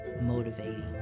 motivating